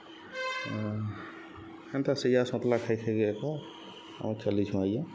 ହେନ୍ତା ସିଝା ସତ୍ଲା ଖାଇ ଖାଇକି ଏକା ଆମେ ଚାଲିଚୁଁ ଆଜ୍ଞା